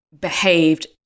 behaved